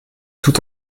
tout